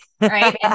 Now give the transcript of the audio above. right